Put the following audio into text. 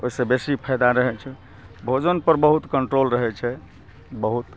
ओहि से बेसी फायदा रहय छै बजन पर बहुत कंट्रोल रहय छै बहुत